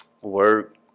Work